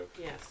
Yes